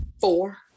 four